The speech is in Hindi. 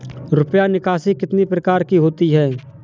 रुपया निकासी कितनी प्रकार की होती है?